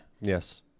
Yes